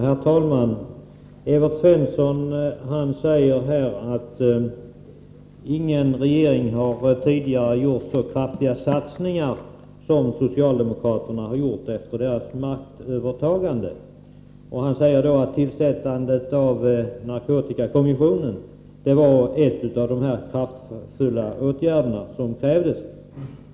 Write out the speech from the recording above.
Herr talman! Evert Svensson sade att ingen tidigare regering hade gjort så kraftiga satsningar som den socialdemokratiska regeringen gjorde efter maktövertagandet 1982. Tillsättandet av narkotikakommissionen, sade han, var en av de kraftfulla åtgärder som krävdes.